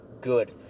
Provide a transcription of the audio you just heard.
Good